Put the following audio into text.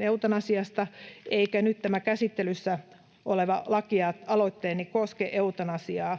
eutanasiasta eikä tämä nyt käsittelyssä oleva lakialoitteeni koske eutanasiaa.